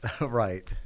Right